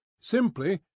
Simply